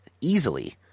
easily